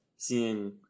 Seeing